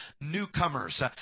newcomers